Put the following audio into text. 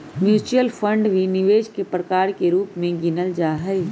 mutual fund भी निवेश के प्रकार के रूप में गिनल जाहई